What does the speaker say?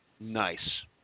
Nice